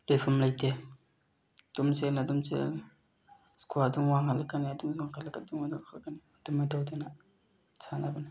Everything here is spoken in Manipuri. ꯂꯩꯞꯐꯝ ꯂꯩꯇꯦ ꯑꯗꯨꯝ ꯆꯦꯜꯂꯅꯤ ꯑꯗꯨꯝ ꯆꯦꯜꯂꯅꯤ ꯏꯁꯀꯣꯔ ꯑꯗꯨꯝ ꯋꯥꯡꯈꯠꯂꯛꯀꯅꯤ ꯑꯗꯨꯝ ꯋꯥꯡꯈꯠꯂꯛꯀꯅꯤ ꯑꯗꯨꯝ ꯋꯥꯡꯈꯠꯂꯛꯀꯅꯤ ꯑꯗꯨꯃꯥꯏ ꯇꯧꯗꯅ ꯁꯥꯟꯅꯕꯅꯦ